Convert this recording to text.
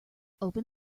open